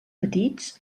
petits